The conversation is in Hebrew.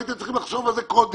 הייתם צריכים לחשוב על זה קודם,